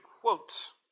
quotes